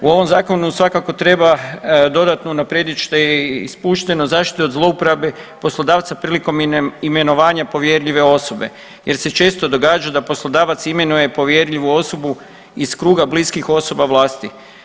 U ovom zakonu svakako treba dodatno unaprijedit što je ispušteno zašto je od zlouporabe poslodavca prilikom imenovanja povjerljive osobe jer se često događa da poslodavac imenuje povjerljivu osobu iz kruga bliskih osoba vlasti.